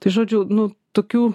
tai žodžiu nu tokių